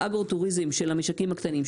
באגרוטוריזם של המשקים הקטנים,